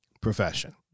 Profession